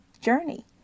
journey